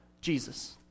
Jesus